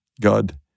God